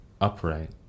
upright